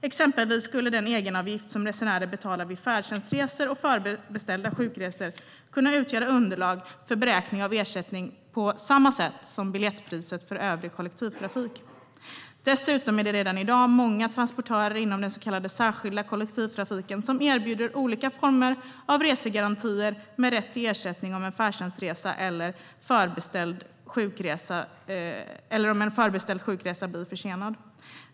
Exempelvis skulle den egenavgift som resenärer betalar vid färdtjänstresor och förbeställda sjukresor kunna utgöra underlag för beräkning av ersättning på samma sätt som biljettpriset för övrig kollektivtrafik. Dessutom är det redan i dag många transportörer inom den så kallade särskilda kollektivtrafiken som erbjuder olika former av resegarantier med rätt till ersättning om en färdtjänstresa eller förbeställd sjukresa blir försenad.